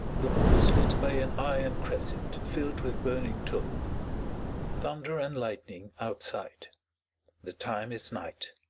the hall is lit by an iron cresset filled with burning tow thunder and lightning outside the time is night.